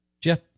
Jeff